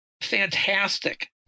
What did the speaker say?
fantastic